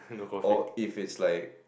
or if it's like